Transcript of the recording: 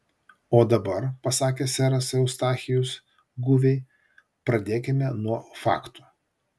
o dabar pasakė seras eustachijus guviai pradėkime nuo faktų